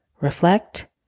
reflect